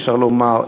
אפשר לומר,